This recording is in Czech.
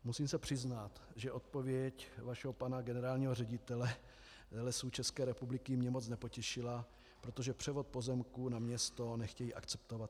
Musím se přiznat, že odpověď vašeho pana generálního ředitele Lesů České republiky mě moc nepotěšila, protože převod pozemků na město nechtějí akceptovat.